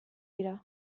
dira